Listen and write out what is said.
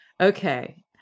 Okay